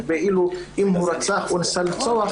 ואילו אם הוא רצח או ניסה לרצוח,